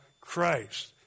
Christ